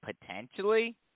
potentially